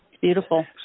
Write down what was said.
beautiful